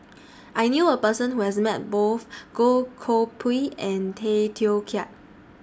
I knew A Person Who has Met Both Goh Koh Pui and Tay Teow Kiat